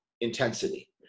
intensity